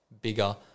bigger